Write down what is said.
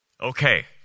Okay